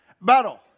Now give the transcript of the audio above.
battle